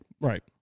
Right